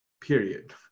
period